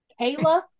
Kayla